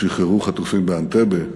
שחררו חטופים באנטבה,